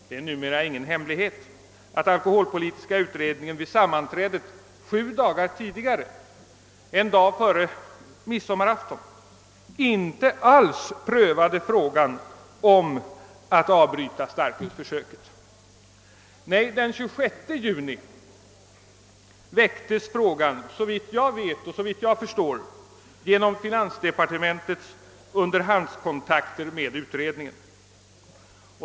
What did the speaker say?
Det är numera ingen hemlighet att alkoholpolitiska utredningen vid sitt sammanträde sju dagar tidigare — en dag före midsommarafton — inte alls prövade frågan om att avbryta starkölsförsöket. Nej, den 26 juni väcktes frågan, såvitt jag förstår, genom finansdepartementets <underhandskontakter med utredningen.